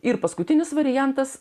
ir paskutinis variantas